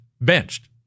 benched